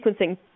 sequencing